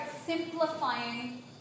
simplifying